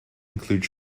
include